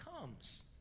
comes